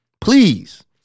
please